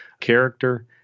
character